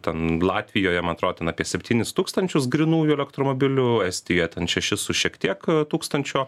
ten latvijoje man atrodo apie septynis tūkstančius grynųjų elektromobilių estija ten šešis su šiek tiek tūkstančio